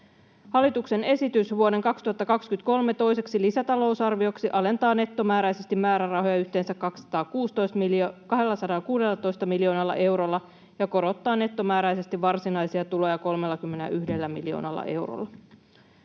Hallituksen esitys vuoden 2023 toiseksi lisätalousarvioksi alentaa nettomääräisesti määrärahoja yhteensä 216 miljoonalla eurolla ja korottaa nettomääräisesti varsinaisia tuloja 31 miljoonalla eurolla.